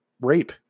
rape